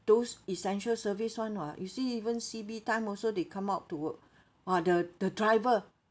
those essential service [one] !wah! you see even C_B time also they come out to work !wah! the the driver